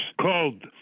called